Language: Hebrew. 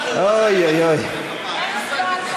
אוי, אוי, אוי.